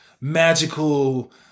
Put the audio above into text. magical